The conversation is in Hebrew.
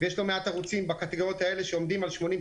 ויש לא מעט ערוצים בקטיגוריות האלה שעומדים על 80%,